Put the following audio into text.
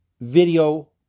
video